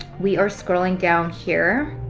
we are scrolling down here.